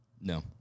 No